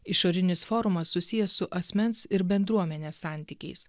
išorinis forumas susijęs su asmens ir bendruomenės santykiais